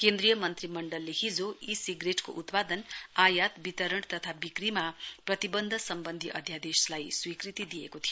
केन्द्रीय मन्त्रीमण्डलले हिजो ई सिगरेटको उत्पादन आयात वितरण तथा बिक्रीमा प्रतिवन्ध सम्वन्धी अध्यादेशलाई स्वीकृति दिएको थियो